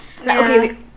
okay